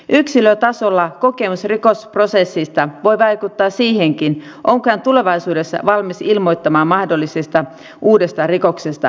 yksilötasolla kokemus rikosprosessista voi vaikuttaa siihenkin onko hän tulevaisuudessa valmis ilmoittamaan mahdollisesta uudesta rikoksesta poliisille